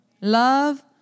Love